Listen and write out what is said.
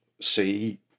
see